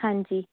ਹਾਂਜੀ